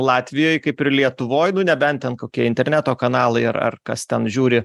latvijoj kaip ir lietuvoj nu nebent ten kokie interneto kanalai ar ar kas ten žiūri